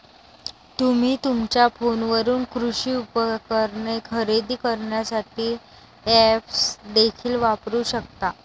तुम्ही तुमच्या फोनवरून कृषी उपकरणे खरेदी करण्यासाठी ऐप्स देखील वापरू शकता